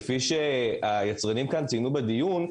כפי שהיצרנים ציינו בדיון,